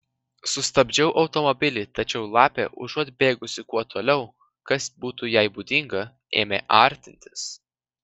sustabdžiau automobilį tačiau lapė užuot bėgusi kuo toliau kas būtų jai būdinga ėmė artintis